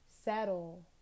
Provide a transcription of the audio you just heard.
settle